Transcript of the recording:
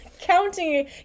Counting